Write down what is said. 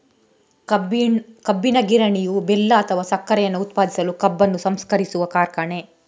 ಕಬ್ಬಿನ ಗಿರಣಿಯು ಬೆಲ್ಲ ಅಥವಾ ಸಕ್ಕರೆಯನ್ನ ಉತ್ಪಾದಿಸಲು ಕಬ್ಬನ್ನು ಸಂಸ್ಕರಿಸುವ ಕಾರ್ಖಾನೆ